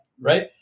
right